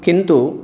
किन्तु